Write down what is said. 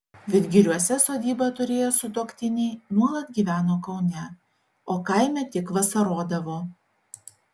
vidgiriuose sodybą turėję sutuoktiniai nuolat gyveno kaune o kaime tik vasarodavo